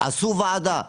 עשו ועדה.